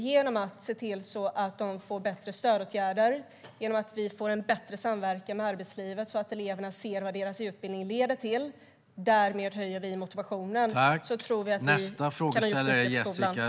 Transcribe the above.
Genom att se till att eleverna får bättre stödåtgärder via bättre samverkan med arbetslivet, så att de ser vad deras utbildning leder till, höjer vi motivationen. Då tror vi att skolan kan utvecklas.